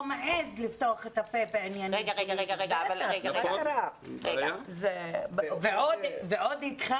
מעז לפתוח את הפה בעניינים --- ועוד איתך...